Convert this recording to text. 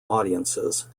audiences